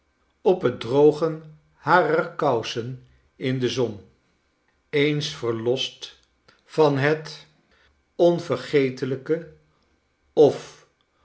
op het drogen harer kousen in de zon eens verlost van het onvergetelijke of